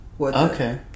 Okay